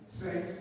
six